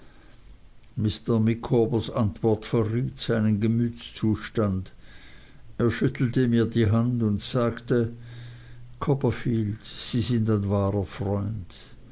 micawbers antwort verriet seinen gemütszustand er schüttelte mir die hand und sagte copperfield sie sind ein wahrer freund